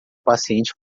paciente